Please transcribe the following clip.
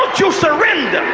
don't you surrender.